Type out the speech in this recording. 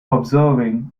observing